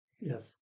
Yes